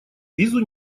визу